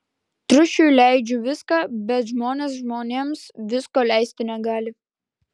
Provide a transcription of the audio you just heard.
triušiui leidžiu viską bet žmonės žmonėms visko leisti negali